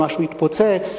שמשהו יתפוצץ,